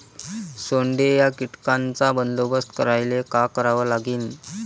सोंडे या कीटकांचा बंदोबस्त करायले का करावं लागीन?